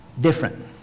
different